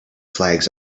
flags